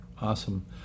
Awesome